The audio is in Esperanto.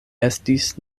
estis